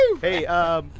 Hey